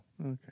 Okay